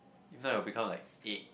this one will become like egg